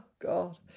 God